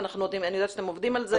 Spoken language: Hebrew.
אבל אני יודעת שאתם עובדים על זה.